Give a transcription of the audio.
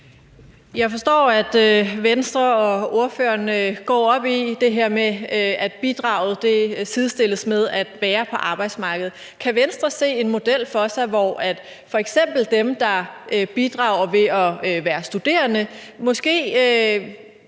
Jeg forstår, at Venstre og ordføreren går op i det her med, at bidraget sidestilles med at være på arbejdsmarkedet. Kan Venstre se en model for sig, hvor f.eks. dem, der bidrager ved at være studerende, måske